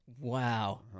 Wow